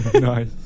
Nice